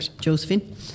Josephine